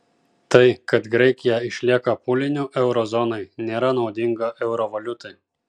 tai kad graikija išlieka pūliniu euro zonai nėra naudinga euro valiutai